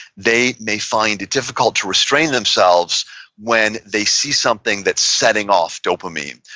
they may find it difficult to restrain themselves when they see something that's setting off dopamine,